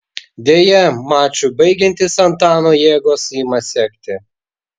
deja mačui baigiantis antano jėgos ima sekti